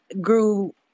grew